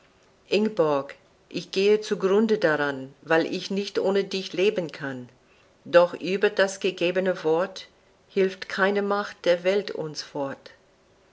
ginge ingborg ich gehe zu grunde daran weil ich nicht ohne dich leben kann doch über das gegebene wort hilft keine macht der welt uns fort